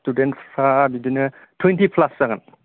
स्थुदेनफ्रा बिदिनो twenty plus जागोन